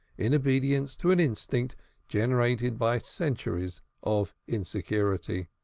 in obedience to an instinct generated by centuries of insecurity.